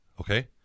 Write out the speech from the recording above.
Okay